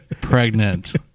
pregnant